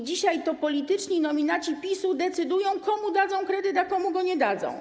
Dzisiaj to polityczni nominaci PiS-u decydują, komu dadzą kredyt, a komu go nie dadzą.